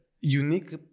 unique